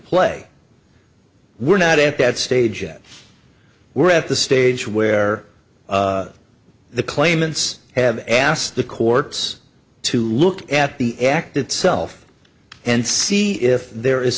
play we're not at that stage yet we're at the stage where the claimants have asked the courts to look at the act itself and see if there is